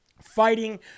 fighting